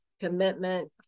commitment